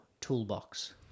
toolbox